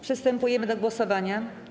Przystępujemy do głosowania.